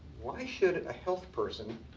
why should a health person